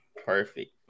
Perfect